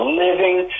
living